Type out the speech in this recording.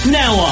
now